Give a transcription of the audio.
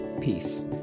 Peace